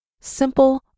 simple